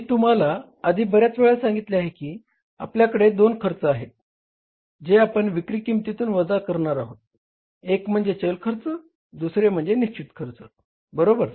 मी तुम्हाला आधी बर्याच वेळा सांगितले आहे की आपल्याकडे दोन खर्च आहेत जे आपण विक्री किंमतीतून वजा करणार आहोत एक म्हणजे चल खर्च दुसरे म्हणजे निश्चित खर्च बरोबर